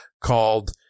called